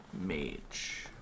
mage